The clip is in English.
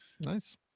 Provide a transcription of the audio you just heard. Nice